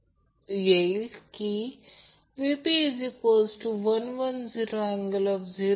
उदाहरणार्थ समजा जर P 30 वॅट आणि Q 20 var लिहिले तर ते ठीक आहे